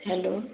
hello